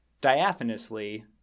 Diaphanously